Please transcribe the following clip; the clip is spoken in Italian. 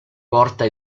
porta